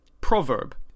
proverb